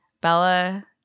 Bella